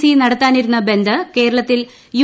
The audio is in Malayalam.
സി നടത്താനിരുന്ന ബന്ദ് കേരളത്തിൽ യു